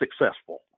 successful